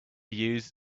use